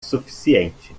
suficiente